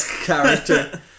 character